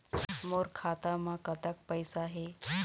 मोर खाता म कतक पैसा हे?